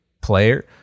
player